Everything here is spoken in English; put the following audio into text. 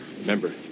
Remember